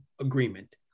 agreement